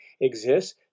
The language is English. exists